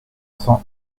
sans